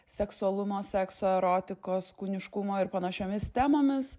seksualumo sekso erotikos kūniškumo ir panašiomis temomis